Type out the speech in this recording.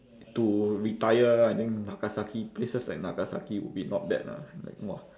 to retire I think nagasaki places like nagasaki would be not bad lah like !wah!